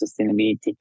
sustainability